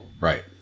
Right